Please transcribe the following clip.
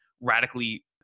radically